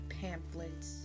pamphlets